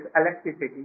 electricity